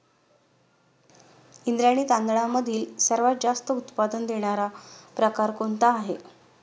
इंद्रायणी तांदळामधील सर्वात जास्त उत्पादन देणारा प्रकार कोणता आहे?